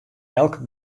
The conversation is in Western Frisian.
elk